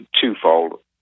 twofold